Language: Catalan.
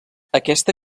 aquesta